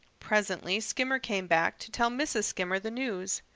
presently skimmer came back to tell mrs. skimmer the news.